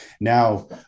now